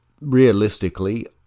realistically